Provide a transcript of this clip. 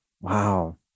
Wow